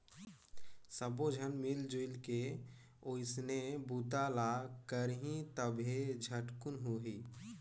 सब्बो झन मिलजुल के ओइसने बूता ल करही तभे झटकुन होही